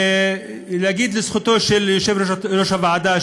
אני אגיד לזכותו של יושב-ראש הוועדה,